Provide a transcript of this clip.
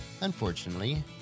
Unfortunately